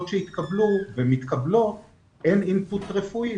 שהתקבלו ומתקבלות אין in put רפואי.